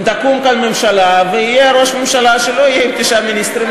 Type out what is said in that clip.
תקום כאן ממשלה ויהיה ראש ממשלה שלא יהיה עם תשעה מיניסטרים,